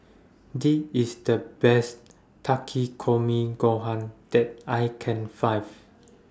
This IS The Best Takikomi Gohan that I Can Find